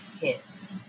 hits